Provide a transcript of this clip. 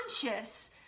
conscious